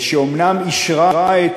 שאומנם אישרה את